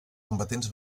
combatents